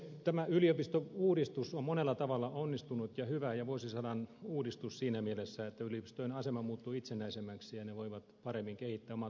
tämä yliopistouudistus on monella tavalla onnistunut ja hyvä ja vuosisadan uudistus siinä mielessä että yliopistojen asema muuttui itsenäisemmäksi ja ne voivat paremmin kehittää omaa toimintaansa